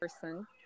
person